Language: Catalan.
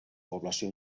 població